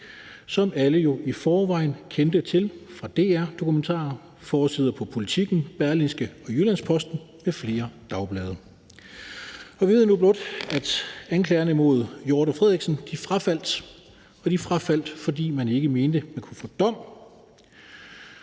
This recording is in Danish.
som alle jo i forvejen kendte til fra DR-dokumentarer, forsider på Politiken, Berlingske, Jyllands-Posten og flere andre dagblade. Vi ved nu blot, at anklagerne mod Claus Hjort Frederiksen og Lars Findsen frafaldt, og de frafaldt, fordi man ikke mente, at man kunne få en